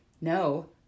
No